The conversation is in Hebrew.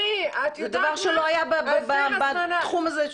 זה דבר שלא היה בתחום הזה מעולם.